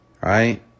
Right